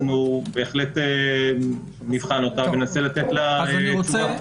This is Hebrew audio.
בהחלט נבחן אותה וננסה לתת לה תשובה.